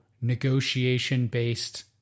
negotiation-based